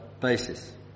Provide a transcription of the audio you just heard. basis